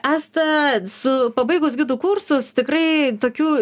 asta su pabaigus gidų kursus tikrai tokių